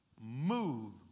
moved